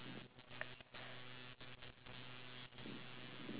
ya but no regrets